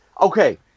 okay